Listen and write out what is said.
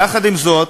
יחד עם זאת,